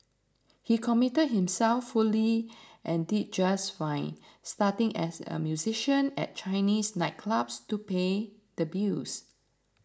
he committed himself fully and did just fine starting as a musician at Chinese nightclubs to pay the bills